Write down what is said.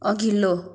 अघिल्लो